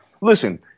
listen